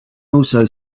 also